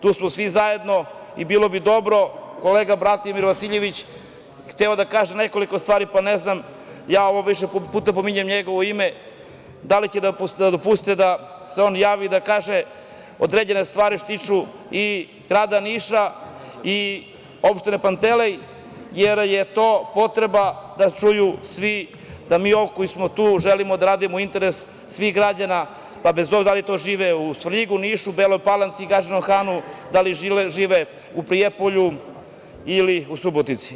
Tu smo svi zajedno i bilo bi dobro, kolega Bratimir Vasiljević je hteo da kaže nekoliko stvari pa ne znam, ja više puta pominjem njegovo ime, da li ćete da dopustite da se on javi i da kaže određene stvari što se tiču grada Niša i opštine Pantelej, jer je to potreba da čuju svi, da mi koji smo tu želimo da radimo u interesu svih građana bez obzira da li žive u Svrljigu, Nišu, Beloj Palanci, Gadžinom Hanu, da li žive u Prijepolju ili u Subotici.